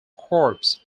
crops